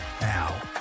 now